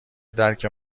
درک